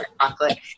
chocolate